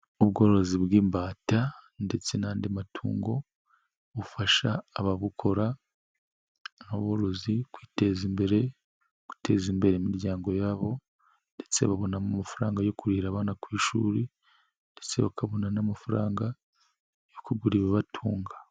Ubworozi bw'imbata ndetse n'andi matungo bufasha ababukora aborozi kwiteza imbere, guteza imbere imiryango yabo ndetse babonamo amafaranga yo kurihira abana ku ishuri ndetse bakabona n'amafaranga yo kugura ibibatunga.